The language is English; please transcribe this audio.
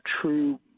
true